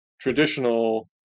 traditional